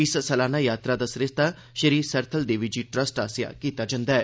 इस सलाना यात्रा दा सरिस्ता श्री सरथल देवी जी ट्रस्ट आसेया कीता जन्दा ऐ